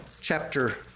chapter